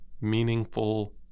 meaningful